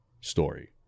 story